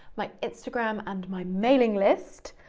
my instagram, and my mailing list.